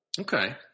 Okay